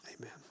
Amen